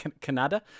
Canada